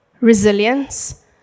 resilience